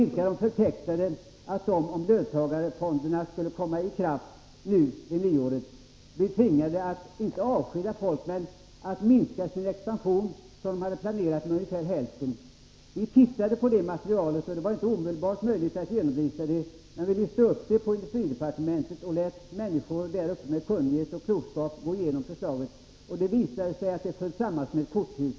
Man förfäktade att företaget, om löntagarfonderna träder i kraft nu vid nyåret, skulle bli tvunget inte att avskeda folk men att minska den planerade expansionen med ungefär hälften. Vi studerade detta material. Det var inte möjligt att omedelbart genomlysa det, utan vi skickade det till industridepartementet, där människor med kunnighet och klokskap fick gå igenom undersökningen. Det visade sig att den föll samman som ett korthus.